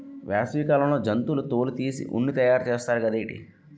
వేసవి కాలంలో జంతువుల తోలు తీసి ఉన్ని తయారు చేస్తారు గదేటి